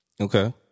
Okay